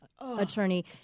attorney